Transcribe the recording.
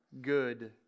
good